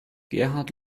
gerhard